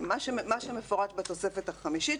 מה שמפורט בתוספת החמישית,